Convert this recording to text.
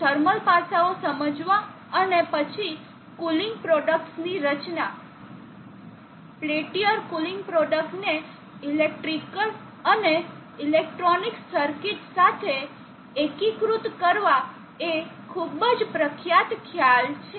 તો થર્મલ પાસાંઓ સમજવા અને પછી કૂલિંગ પ્રોડક્ટની રચના પેલ્ટીઅર કૂલિંગ પ્રોડક્ટને ઇલેક્ટ્રિકલ અને ઇલેક્ટ્રોનિક સર્કિટ્સ સાથે એકીકૃત કરવા એ ખૂબ જ પ્રખ્યાત ખ્યાલ છે